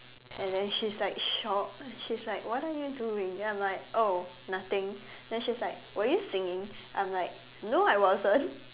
and then she's like shocked she's like what you are doing I'm like oh nothing and she's like were you singing I'm like no I wasn't